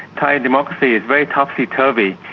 thai democracy is very topsy-turvy.